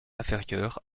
inférieure